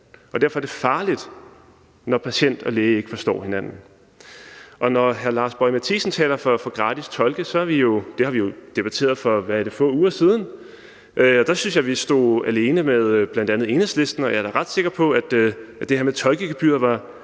det derfor er farligt, når patient og læge ikke forstår hinanden. Når hr. Lars Boje Mathiesen taler for gratis tolke, er det jo noget, der er blevet debatteret for få uger siden, og der synes jeg vi stod alene sammen med bl.a. Enhedslisten. Jeg er da ret sikker på, at det her med tolkegebyr